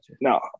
No